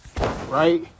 Right